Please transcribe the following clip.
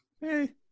Hey